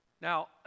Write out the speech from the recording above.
Now